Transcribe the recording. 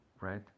right